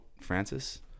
Francis